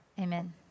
Amen